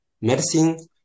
medicine